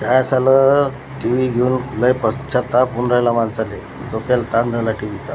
काय सालं T V घेऊन लय पश्चात्ताप होऊन राहिला माणसाला डोक्याला ताप झाला आहे टी व्हीचा